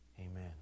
Amen